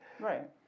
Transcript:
right